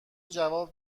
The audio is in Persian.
جواب